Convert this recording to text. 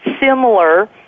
similar